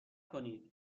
کنید